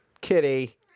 Kitty